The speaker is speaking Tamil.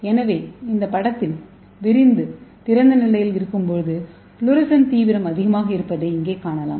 எனவே இந்த படத்தில் திறந்த நிலையில் இருக்கும்போது ஃப்ளோரசன் தீவிரம் அதிகமாக இருப்பதை இங்கே காணலாம்